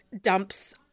dumps